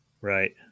Right